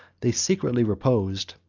they securely reposed,